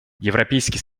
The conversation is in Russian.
европейский